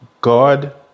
God